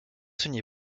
soignée